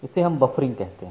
इसे हम बफरिंगकहते हैं